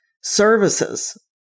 services